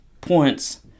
points